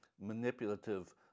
manipulative